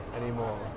anymore